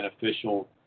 beneficial